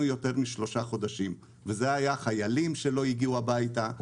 לא המתינו יותר משלושה חודשים וזה היה חיילים שלא הגיעו הביתה,